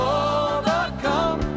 overcome